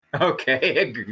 Okay